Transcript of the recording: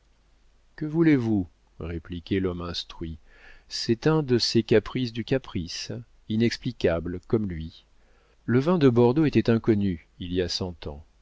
que voulez-vous répliquait l'homme instruit c'est un de ces caprices du caprice inexplicable comme lui le vin de bordeaux était inconnu il y a cent ans